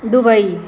Dubai